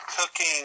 cooking